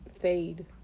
fade